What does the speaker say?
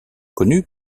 connue